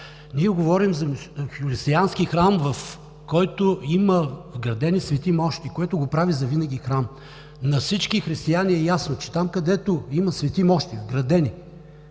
Ние говорим за християнски храм, в който има вградени свети мощи, което го прави завинаги храм. На всички християни е ясно, че там, където има вградени